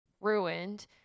ruined